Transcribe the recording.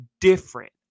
different